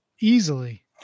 easily